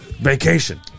Vacation